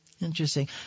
Interesting